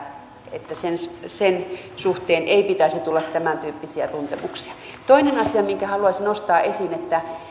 lempeää sen suhteen ei pitäisi tulla tämäntyyppisiä tuntemuksia toinen asia minkä haluaisin nostaa esiin